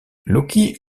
loki